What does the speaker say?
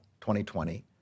2020